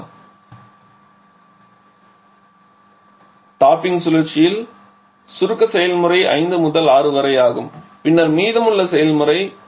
இப்போது இந்த 5 முதல் 6 வரை டாப்பிங் சுழற்சியில் சுருக்க செயல்முறை ஆகும் பின்னர் மீதமுள்ள செயல்முறை உள்ளது